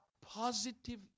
positive